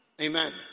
Amen